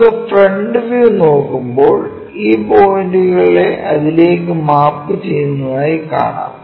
നമുക്ക് front view നോക്കുമ്പോൾ ഈ പോയിന്റുകൾ അതിലേക്ക് മാപ്പു ചെയ്യുന്നതായി കാണാം